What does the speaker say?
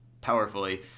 powerfully